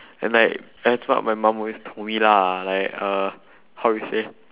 and like that's what my mum always told me lah like uh how you say